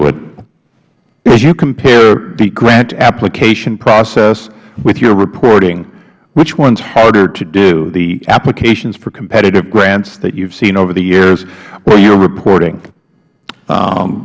as you compare the grant application process with your reporting which one's harder to do the applications for competitive grants that you've seen over the years or your reporting